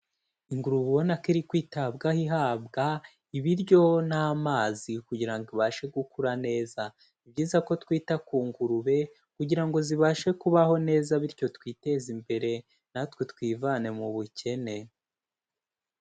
Ingurube ubona ko iri kwitabwaho ihabwa ibiryo n'amazi kugira ngo ibashe gukura neza. Ni byiza ko twita ku ngurube kugira ngo zibashe kubaho neza bityo twiteze imbere natwe twivane mu bukene.